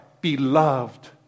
beloved